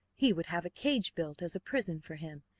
he would have a cage built as a prison for him,